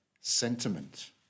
sentiment